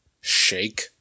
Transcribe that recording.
shake